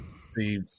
see